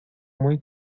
muy